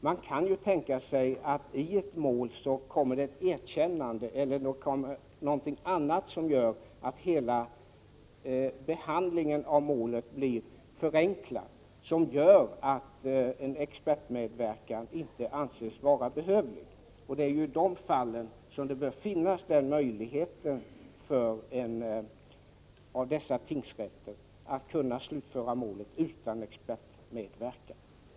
Man kan tänka sig att det i ett mål kommer fram ett erkännande eller något annat som gör att hela behandlingen av målet blir förenklad — vilket gör att expertmedverkan inte anses vara behövlig. Det är i de fallen som det bör finnas möjlighet för dessa tingsrätter att slutföra ett mål utan expertmedverkan.